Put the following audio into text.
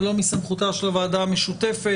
זה לא מסמכותה של הוועדה המשותפת,